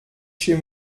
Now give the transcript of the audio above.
chez